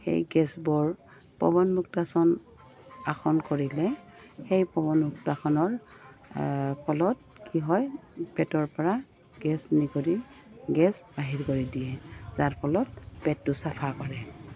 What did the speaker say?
সেই গেছবোৰ পৱন মুক্তাসন আসন কৰিলে সেই পৱন মুক্তাসনৰ ফলত কি হয় পেটৰপৰা গেছ নিগৰি গেছ বাহিৰ কৰি দিয়ে যাৰ ফলত পেটটো চাফা কৰে